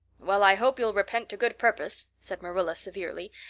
well, i hope you'll repent to good purpose, said marilla severely,